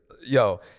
Yo